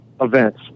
events